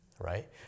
right